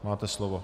Máte slovo.